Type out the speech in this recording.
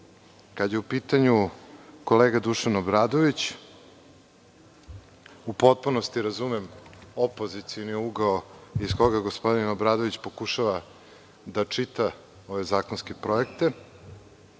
je u pitanju kolega Dušan Obradović, u potpunosti razumem opozicioni ugao iz koga gospodin Obradović pokušava da čita ove zakonske projekte.